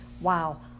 wow